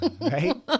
right